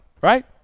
right